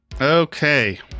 okay